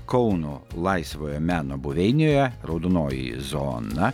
kauno laisvojo meno buveinėje raudonoji zona